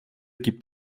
gibt